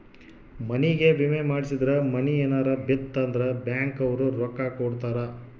ಮನಿಗೇ ವಿಮೆ ಮಾಡ್ಸಿದ್ರ ಮನೇ ಯೆನರ ಬಿತ್ ಅಂದ್ರ ಬ್ಯಾಂಕ್ ಅವ್ರು ರೊಕ್ಕ ಕೋಡತರಾ